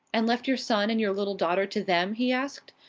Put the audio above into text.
and left your son and your little daughter to them? he asked.